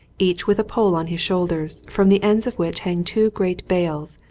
each with a pole on his shoulders from the ends of which hang two great bales,